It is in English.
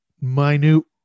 minute